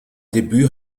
debüt